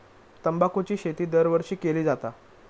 तंबाखूची शेती दरवर्षी केली जाता